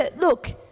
Look